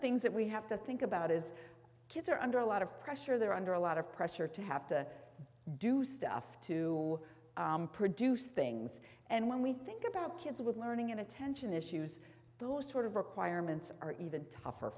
things that we have to think about as kids are under a lot of pressure they're under a lot of pressure to have to do stuff to produce things and when we think about kids with learning and attention issues those sort of requirements are even tougher